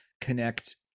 connect